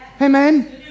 Amen